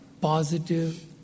positive